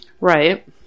Right